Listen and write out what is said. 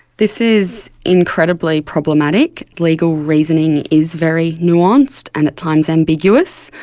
this is incredibly problematic. legal reasoning is very nuanced and at times ambiguous.